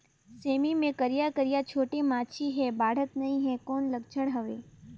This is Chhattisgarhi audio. सेमी मे करिया करिया छोटे माछी हे बाढ़त नहीं हे कौन लक्षण हवय?